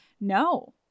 No